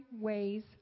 ways